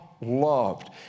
loved